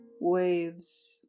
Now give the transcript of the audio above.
waves